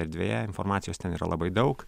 erdvėje informacijos ten yra labai daug